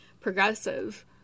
progressive